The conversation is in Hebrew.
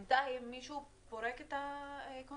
בינתיים, מישהו פורק את הקונטיינר.